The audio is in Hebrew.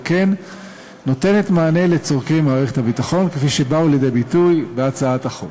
ועל כן נותנת מענה לצורכי מערכת הביטחון שבאו לידי ביטוי בהצעת החוק.